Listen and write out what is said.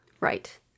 Right